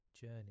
journey